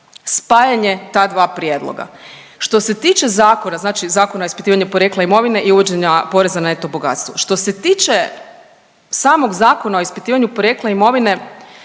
spajanje ta dva prijedloga. Što se tiče zakona, znači Zakona o ispitivanju porijekla imovine i uvođenja poreza na neto bogatstvo. Što se tiče samog Zakona o ispitivanju porijekla imovine